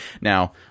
Now